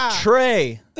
Trey